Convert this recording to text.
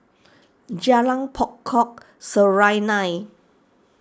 Jalan Pokok Serunai